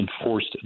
enforced